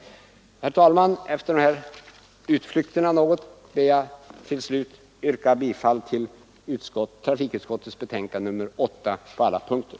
Herr talman! Efter dessa utflykter ber jag att till slut få yrka bifall till trafikutskottets hemställan i betänkandet nr 8 på alla punkter.